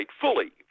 fully